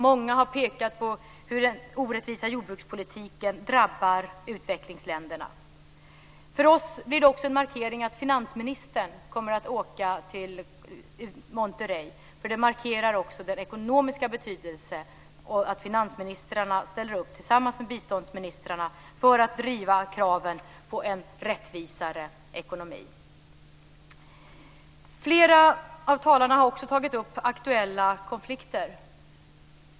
Många har pekat på hur den orättvisa jordbrukspolitiken drabbar utvecklingsländerna. För oss blir det också en markering att finansministern kommer att åka till Monterrey, för det markerar också den ekonomiska betydelsen att finansministrarna ställer upp tillsammans med biståndsministrarna för att driva kraven på en rättvisare ekonomi. Flera av talarna har också tagit upp aktuella konflikter.